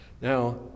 Now